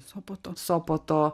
sopoto sopoto